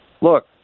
Look